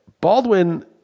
Baldwin